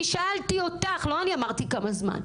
אני שאלתי אותך, לא אני אמרתי כמה זמן.